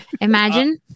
Imagine